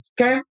okay